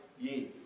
ye